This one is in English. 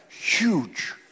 huge